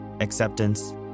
acceptance